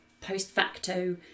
post-facto